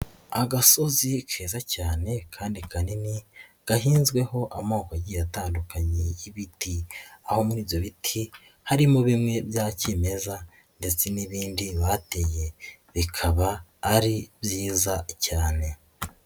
Agasozi keza cyane kandi kanini gahinzweho amoko agiye atandukanye y'ibiti, aho muri ibyo biti harimo bimwe bya kimeza ndetse n'ibindi bateye bikaba ari byiza cyane.